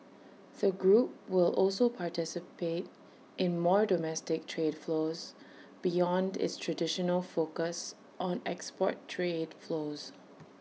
the group will also participate in more domestic trade flows beyond its traditional focus on export trade flows